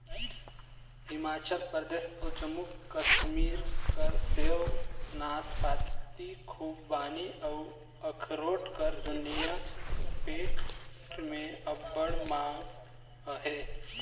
हिमाचल परदेस अउ जम्मू कस्मीर कर सेव, नासपाती, खूबानी अउ अखरोट कर दुनियां भेर में अब्बड़ मांग अहे